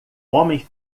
homem